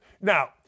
Now